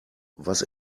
was